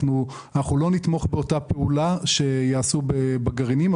אנחנו לא נתמוך באותה פעולה שיעשו בגרעינים,